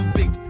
big